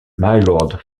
mylord